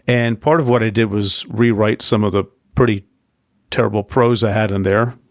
and part of what i did was rewrite some of the pretty terrible prose i had in there.